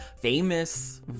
famous